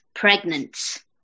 pregnant